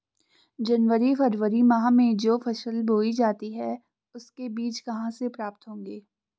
जनवरी फरवरी माह में जो फसल बोई जाती है उसके बीज कहाँ से प्राप्त होंगे?